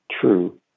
true